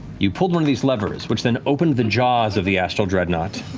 you pulled one of these levers, which then opened the jaws of the astral dreadnought,